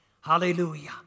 Hallelujah